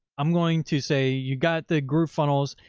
i'm going to say you got the groovefunnels.